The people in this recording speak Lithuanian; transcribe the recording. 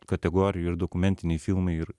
kategorijų ir dokumentiniai filmai ir